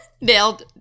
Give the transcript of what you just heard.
Nailed